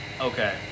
Okay